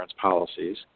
policies